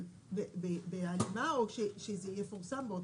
אבל שזה יפורסם.